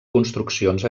construccions